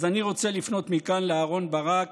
אז אני רוצה לפנות מכאן לאהרן ברק